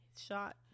shot